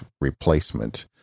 replacement